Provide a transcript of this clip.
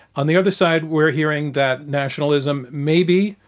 on the other side, we're hearing that nationalism maybe,